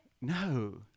No